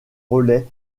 relais